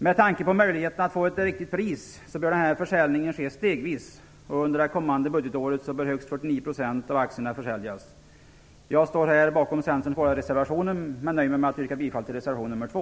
Med tanke på möjligheterna att få ett riktigt pris bör denna försäljning ske stegvis. Under det kommande budgetåret bör högst 49 % av aktierna försäljas. Jag står bakom Centerns båda reservationer men nöjer mig med att yrka bifall till reservation nr 2.